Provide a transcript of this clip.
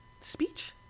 speech